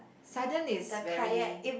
sudden is very